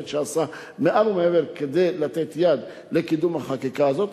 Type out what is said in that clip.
שבאמת עשה מעל ומעבר כדי לתת יד לקידום החקיקה הזאת,